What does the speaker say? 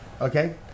okay